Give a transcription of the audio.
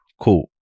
Cool